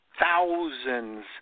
thousands